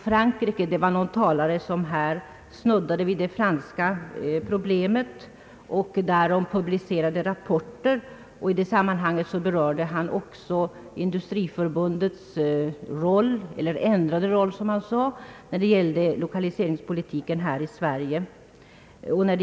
Frankrikes problem och de rapporter som publicerats härom har berörts tidigare här i debatten. I detta sammanhang omnämndes också Industriförbundets ändrade roll — som talaren sade — när det gäller lokaliseringspolitiken i Sverige.